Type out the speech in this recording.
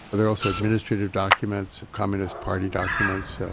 there are also administrative documents, communist party documents,